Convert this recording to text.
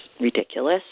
ridiculous